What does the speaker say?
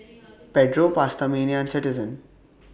Pedro PastaMania and Citizen